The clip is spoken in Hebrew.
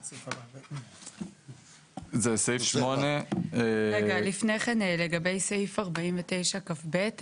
רגע, לפני כן, לגבי סעיף 49(כ"ב).